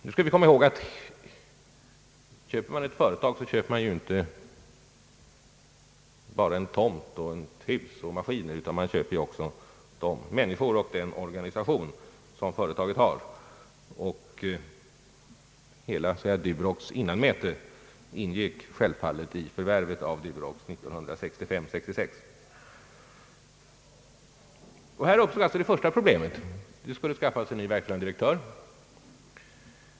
Vi skall komma ihåg att köper man ett företag, så köper man inte bara en tomt och ett hus och maskiner, utan man köper också företagets organisation och de människor som arbetar i företaget. Durox” »innanmäte» ingick självfallet i förvärvet av bolaget 1965/ 66. Det första problemet blev alltså att skaffa en ny verkställande direktör.